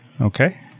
Okay